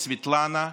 סבטלנה,